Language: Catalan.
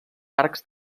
arcs